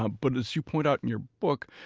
ah but, as you point out in your book,